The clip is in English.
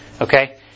Okay